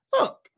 look